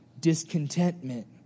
discontentment